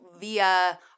via –